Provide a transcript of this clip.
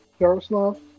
Jaroslav